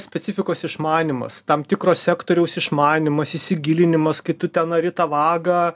specifikos išmanymas tam tikro sektoriaus išmanymas įsigilinimas kai tu ten ari tą vagą